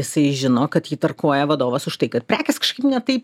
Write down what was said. jisai žino kad jį tarkuoja vadovas už tai kad prekės kažkaip ne taip